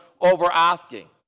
over-asking